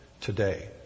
today